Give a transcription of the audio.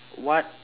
what